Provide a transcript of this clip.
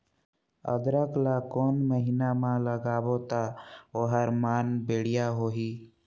अदरक ला कोन महीना मा लगाबो ता ओहार मान बेडिया होही?